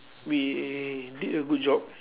we did a good job